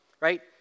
right